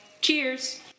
Cheers